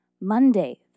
Monday